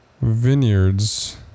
Vineyards